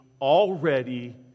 already